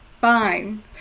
fine